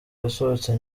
yasohotse